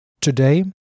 Today